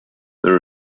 there